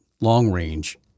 long-range